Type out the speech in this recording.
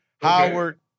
Howard